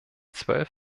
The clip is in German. zwölf